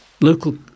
Local